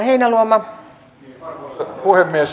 arvoisa puhemies